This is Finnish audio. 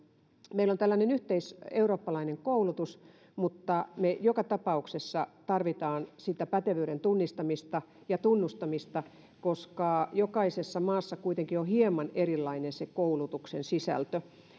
meillä on tällainen yhteiseurooppalainen koulutus mutta me joka tapauksessa tarvitsemme sitä pätevyyden tunnistamista ja tunnustamista koska jokaisessa maassa kuitenkin on hieman erilainen se koulutuksen sisältö